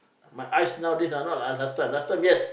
my eyes nowadays not like last time last time yes